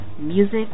Music